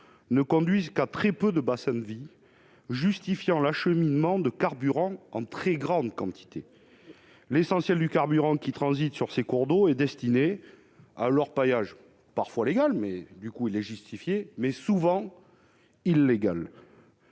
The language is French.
ne conduisent qu'à très peu de bassins de vie justifiant l'acheminement de carburant en très grande quantité. L'essentiel du carburant qui transite sur ces cours d'eau est destiné à l'orpaillage, parfois légal- auquel cas le transport de carburant est justifié -, mais souvent illégal.